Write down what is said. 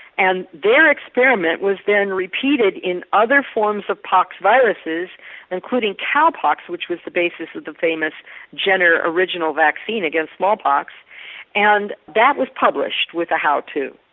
and their experiment was then repeated in other forms of pox viruses including cowpox which was the basis of the famous jenner original vaccine against smallpox and that was published with the how to.